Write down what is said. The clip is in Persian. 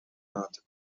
مراتب